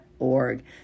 org